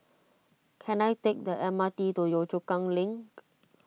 can I take the M R T to Yio Chu Kang Link